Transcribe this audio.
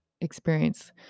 experience